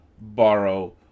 borrow